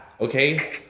okay